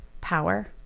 power